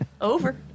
Over